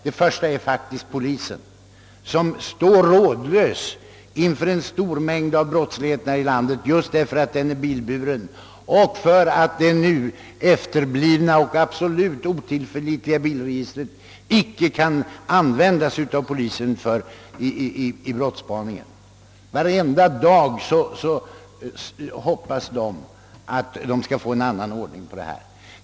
Den första är faktiskt polisen, som står rådlös inför en stor mängd av brott här i landet, just därför att brottslingarna är bilburna och det nu efterblivna och absolut otillförlitliga bilregistret inte kan användas av polisen vid brottsspaningen. Varenda dag hoppas polisen att det skall bli en annan ordning på detta område.